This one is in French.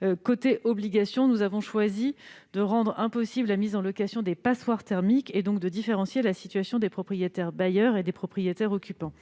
En matière d'obligations, nous avons choisi de rendre impossible la mise en location des passoires thermiques et donc de différencier la situation des propriétaires bailleurs et des propriétaires occupants.